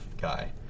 guy